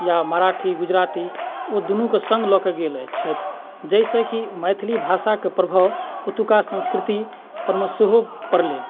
या मराठी गुजराती ओ दुनू कऽ सङ्ग लऽ कऽ गेल अइ छथि या जाहिसँ कि मैथिली भाषाके प्रभाव ओतुका संस्कृतिपरमे सेहो पड़लै